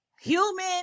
human